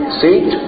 seat